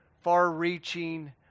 far-reaching